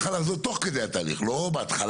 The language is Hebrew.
יכול היה לחזות תוך כדי התהליך, לא בהתחלה.